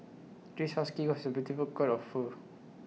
this husky was A beautiful coat of fur